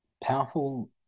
powerful